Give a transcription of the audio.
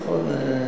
נכון.